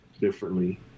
differently